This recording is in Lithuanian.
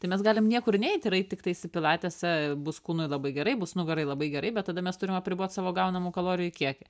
tai mes galim niekur neit ir eit tiktais į pilatesą bus kūnui labai gerai bus nugarai labai gerai bet tada mes turim apribot savo gaunamų kalorijų kiekį